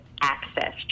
access